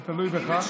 זה תלוי בך.